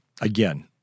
again